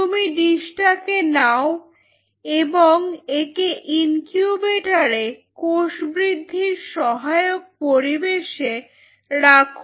তুমি ডিসটাকে নাও এবং Refer Time 0800 একে ইনকিউবেটরে কোষ বৃদ্ধির সহায়ক পরিবেশে রাখো